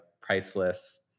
priceless